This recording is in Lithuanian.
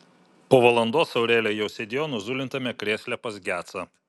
po valandos aurelija jau sėdėjo nuzulintame krėsle pas gecą